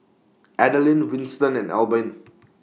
Adaline Winston and Albin